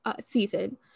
season